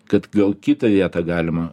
kad gal kitą vietą galima